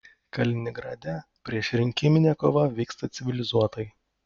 kaliningrade priešrinkiminė kova vyksta civilizuotai